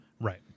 Right